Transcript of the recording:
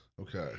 Okay